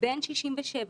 בן 67,